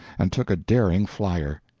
and took a daring flyer.